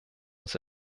uns